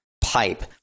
pipe